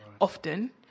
often